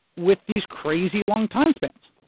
with these crazy long time spans.